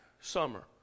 summer